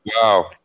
wow